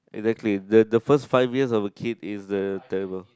exactly the the first five years of a kid is damn terrible